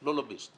אלא אם כן